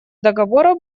договора